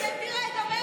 היא התירה את דמנו.